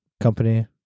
company